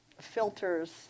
filters